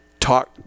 Talk